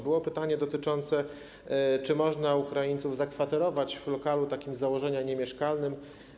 Było pytanie dotyczące tego, czy można Ukraińców zakwaterować w lokalu z założenia niemieszkalnym.